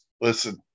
Listen